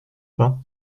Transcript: pas